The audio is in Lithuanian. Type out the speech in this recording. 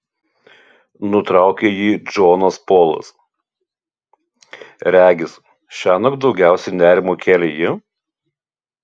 nutraukė jį džonas polas regis šiąnakt daugiausiai nerimo kėlė ji